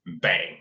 Bang